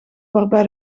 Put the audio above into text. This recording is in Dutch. waarbij